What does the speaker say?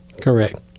Correct